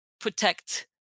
protect